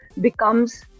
becomes